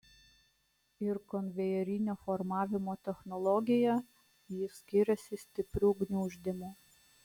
ir konvejerinio formavimo technologija ji skiriasi stipriu gniuždymu